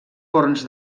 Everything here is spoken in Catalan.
forns